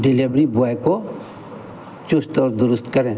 delivery boy को चुस्त और दुरुस्त करें